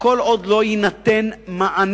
כל עוד לא יינתן מענה